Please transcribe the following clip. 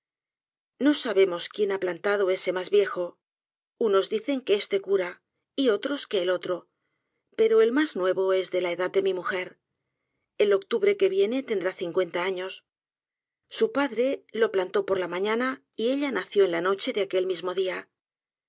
no sabemos quién ha plantado ese mas viejo unos dicen que este cura y otros que el otro pero el mas nuevo es de la edad de mi muger el octubre que viene tendrá cincuenta años su padre lo plantó por la mañana y ella nació en la noche de aquel mismo dia